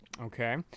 Okay